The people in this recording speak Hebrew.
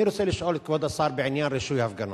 אני רוצה לשאול את כבוד השר בעניין רישוי הפגנות.